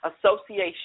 association